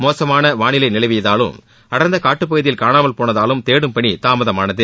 மோசமான வானிலை நிலவியதாலும் அடர்ந்த காட்டுப்பகுதியில் காணாமல் போனதாலும் தேடும் பணி தாமதமானது